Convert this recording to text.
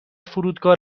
فرودگاه